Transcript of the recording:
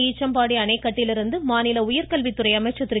ஈச்சம்பாடி அணைக்கட்டிலிருந்து மாநில உயர்கல்வித்துறை அமைச்சர் திரு